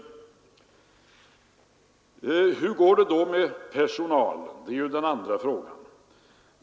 Hur går det då med personalen? Det är den andra frågan.